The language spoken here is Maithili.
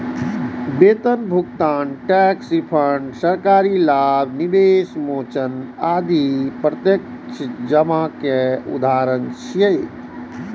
वेतन भुगतान, टैक्स रिफंड, सरकारी लाभ, निवेश मोचन आदि प्रत्यक्ष जमा के उदाहरण छियै